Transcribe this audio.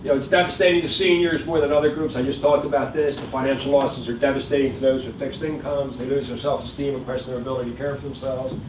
it's devastating to seniors, more than other groups. i just talked about this. the financial losses are devastating to those with fixed incomes. they lose their self-esteem and question their ability to care for themselves.